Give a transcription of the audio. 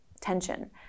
tension